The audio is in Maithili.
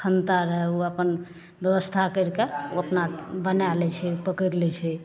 खन्ता रहए ओ अपन ब्यवस्था करिके ओ अपना बनाए लै छै पकड़ि लै छै